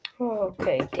Okay